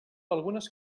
algunes